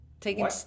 Taking